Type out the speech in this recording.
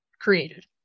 created